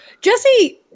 Jesse